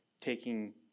taking